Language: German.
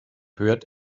hört